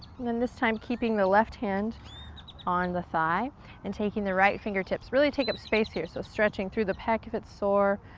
and then this time, keeping the left hand on the thigh and taking the right fingertips, really take up space here. so stretching through the peck if it's sore.